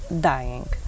dying